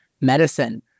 medicine